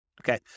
Okay